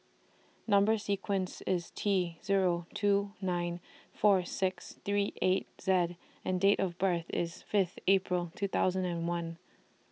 Number sequence IS T Zero two nine four six three eight Z and Date of birth IS Fifth April two thousand and one